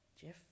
Jeff